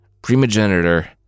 Primogenitor